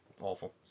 awful